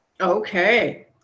Okay